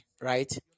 right